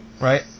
Right